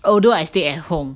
although I stay at home